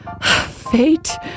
Fate